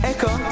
Echo